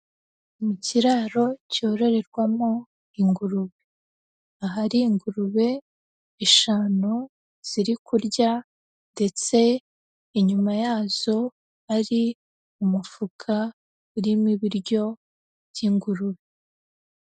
Mu kiraro cyororerwamo ingurube, ahari ingurube eshanu ziri kurya ndetse inyuma yazo, hari umufuka urimo ibiryo by'ingurube.